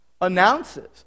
announces